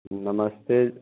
नमस्ते